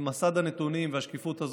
עם מסד הנתונים והשקיפות הזאת,